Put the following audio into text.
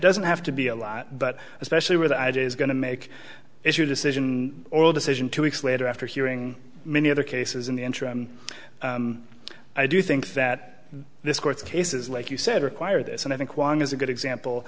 doesn't have to be a lot but especially with i'd is going to make it your decision or decision two weeks later after hearing many other cases in the interim i do think that this court cases like you said require this and i think juan is a good example